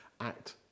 act